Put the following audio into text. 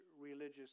religious